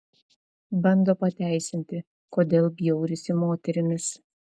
bando pateisinti kodėl bjaurisi moterimis